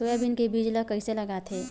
Soybean के बीज ल कइसे लगाथे?